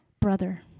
brother